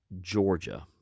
Georgia